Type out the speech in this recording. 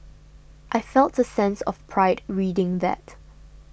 I felt a sense of pride reading that